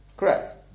Correct